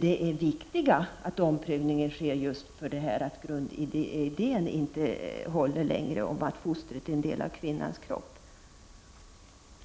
Det är viktigt att omprövningen sker just på grund av att grundidén om att fostret är en del av kvinnans kropp inte